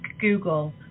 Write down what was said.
Google